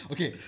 Okay